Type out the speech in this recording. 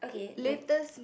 latest